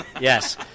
yes